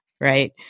right